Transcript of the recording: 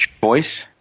choice